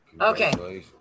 Okay